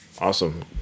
Awesome